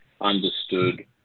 understood